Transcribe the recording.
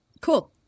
cool